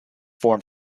formed